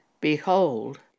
Behold